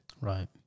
Right